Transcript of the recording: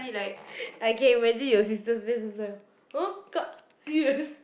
I can imagine your sister's face was like !huh! kak serious